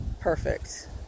perfect